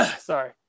Sorry